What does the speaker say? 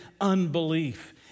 unbelief